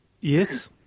yes